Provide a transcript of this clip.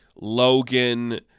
Logan